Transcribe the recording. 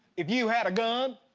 if you had a gun,